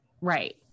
right